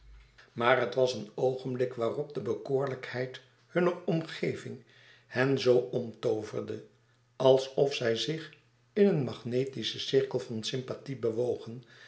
maar het was een oogenblik waarop de bekoorlijkheid hunner omgeving hen zoo omtooverde alsof zij zich in een magnetischen cirkel van sympathie bewogen